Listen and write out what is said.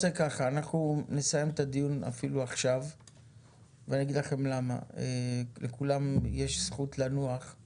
בסעיף הזה נמשיך לדון בשעה 16:30. הישיבה ננעלה בשעה